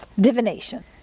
Divination